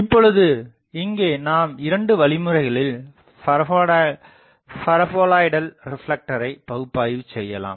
இப்பொழுது இங்கே நாம் 2 வழிமுறைகளில் பரபோலைடல் ரிப்லெக்டரை பகுப்பாய்வு செய்யலாம்